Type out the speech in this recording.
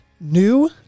New